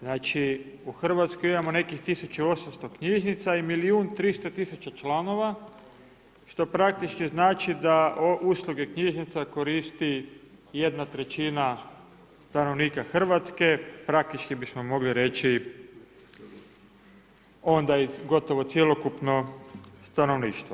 Znači u Hrvatskoj imamo nekih 1800 knjižnica i milijun 300 tisuća članova što praktički znači da usluge knjižnica koristi jedna trećina stanovnika Hrvatske, praktički bismo mogli reći onda iz gotovo cjelokupno stanovništvo.